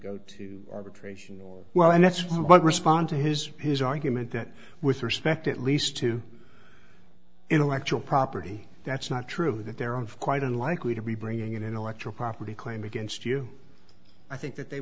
go to arbitration or well and that's what respond to his his argument that with respect at least to intellectual property that's not true that there are quite unlikely to be bringing an intellectual property claim against you i think that they